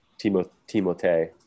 Timote